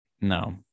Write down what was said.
No